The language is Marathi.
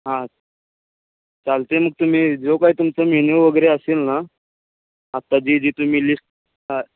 हां चालत आहे मग तुम्ही जो काय तुमचं मेन्यू वगैरे असेल ना आता जी जी तुम्ही लिस्ट अ